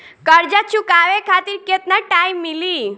कर्जा चुकावे खातिर केतना टाइम मिली?